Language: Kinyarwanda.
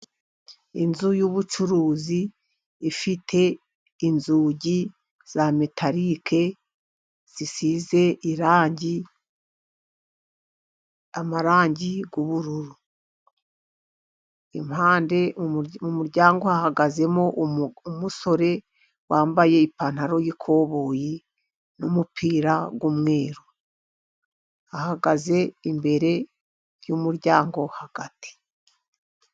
Inzu y'ubucuruzi ifite inzugi za metalike zisize irangi amarangi yubururu, impande umuryango hahagazemo umusore wambaye ipantaro yikoboyi, n'umupira w'umweru, ahagaze imbere yumuryango hagati.